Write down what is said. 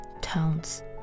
tones